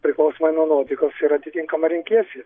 priklausomai nuo nuotaikos ir atitinkamą renkiesi